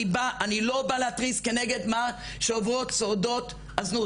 אני לא בא להתריס כנגד מה שעוברות שורדות הזנות,